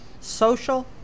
social